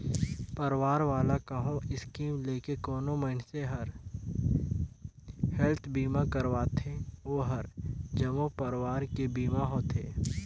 परवार वाला कहो स्कीम लेके कोनो मइनसे हर हेल्थ बीमा करवाथें ओ हर जम्मो परवार के बीमा होथे